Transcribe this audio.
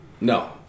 No